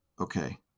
Okay